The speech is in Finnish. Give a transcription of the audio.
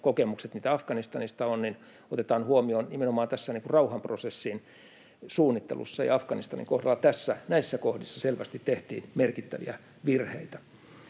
kokemukset, mitä Afganistanista on, otetaan huomioon nimenomaan tässä rauhanprosessin suunnittelussa, ja Afganistanin kohdalla näissä kohdissa selvästi tehtiin merkittäviä virheitä.